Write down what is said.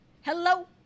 hello